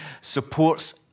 supports